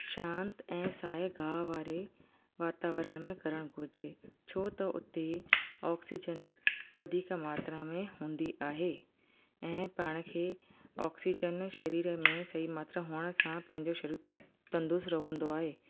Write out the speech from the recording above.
शांति ऐं साए गाहु वारे वातावरण में करण घुरिजे छो त हुते ऑक्सीजन वधीक मात्रा में हूंदी आहे ऐं पाण खे ऑक्सीजन सरीर में सही मात्रा हुअण सां पंहिंजो सरीरु तंदुरुस्त रहंदो आहे